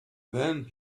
then